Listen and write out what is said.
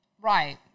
Right